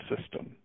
system